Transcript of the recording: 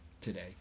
today